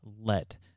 let